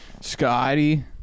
Scotty